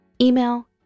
email